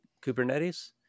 Kubernetes